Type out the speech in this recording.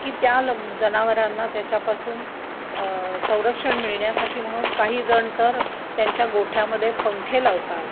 की त्या ल जनावरांना त्याच्यापासून संरक्षण मिळण्यासाठी म्हणून काहीजण तर त्यांच्या गोठ्यामध्ये पंखे लावतात